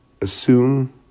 assume